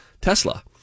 tesla